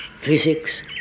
physics